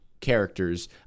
characters